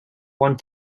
one